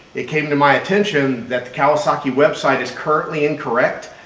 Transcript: it came to my attention that the kawasaki website is currently incorrect.